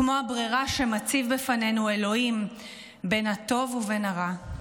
כמו הברירה שמציב בפנינו אלוהים בין הטוב ובין הרע,